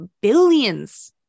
billions